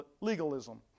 legalism